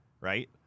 right